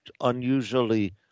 unusually